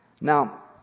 Now